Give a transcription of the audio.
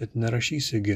bet nerašysi gi